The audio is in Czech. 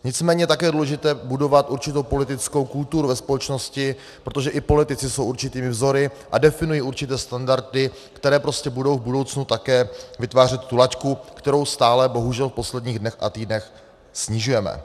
Nicméně také je důležité budovat určitou politickou kulturu ve společnosti, protože i politici jsou určitými vzory a definují určité standardy, které prostě budou v budoucnu také vytvářet tu laťku, kterou stále bohužel v posledních dnech a týdnech snižujeme.